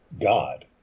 God